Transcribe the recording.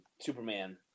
Superman